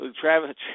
Travis